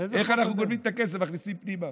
איך אנחנו גונבים את הכסף ומכניסים פנימה.